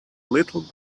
little